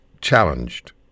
challenged